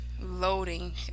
loading